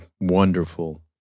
wonderful